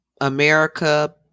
america